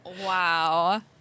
wow